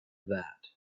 that